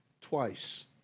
twice